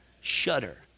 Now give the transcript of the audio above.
Shudder